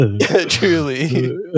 truly